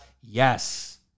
Yes